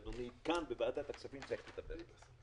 שאדוני כאן בוועדת הכספים צריך לטפל בזה,